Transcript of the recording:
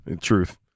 truth